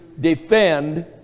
defend